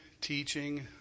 teaching